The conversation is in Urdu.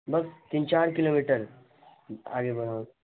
بس تین چار کلومیٹر آگے بڑھا ہوں